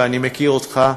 ואני מכיר אותך,